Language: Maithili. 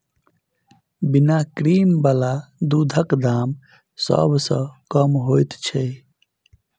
बिना क्रीम बला दूधक दाम सभ सॅ कम होइत छै